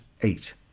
eight